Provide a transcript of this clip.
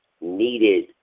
needed